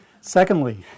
Secondly